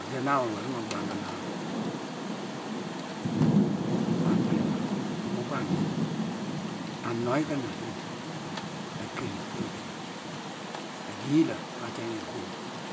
Odie ham obho arurooghaaman abinma ugghookua roawor awor ekowa eedi akiri hodi adiila obho ateny ekwobho odi